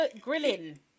grilling